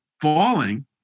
falling